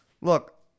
Look